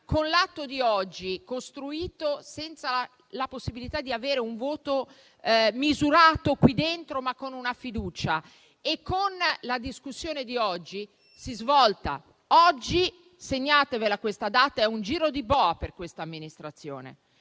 Con l'atto di oggi, costruito senza la possibilità di un voto misurato qui dentro, ma con una fiducia e con la discussione di oggi, si svolta. Oggi - segnatevi questa data - è un giro di boa per questa amministrazione